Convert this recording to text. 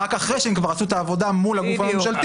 אחרי שהם כבר עשו את העבודה מול הגוף הממשלתי.